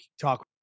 talk